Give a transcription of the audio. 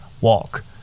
walk